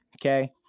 okay